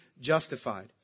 justified